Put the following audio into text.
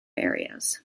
areas